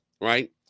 right